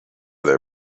their